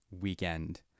weekend